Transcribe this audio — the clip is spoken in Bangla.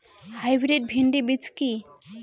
হাইব্রিড ভীন্ডি বীজ কি?